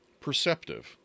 perceptive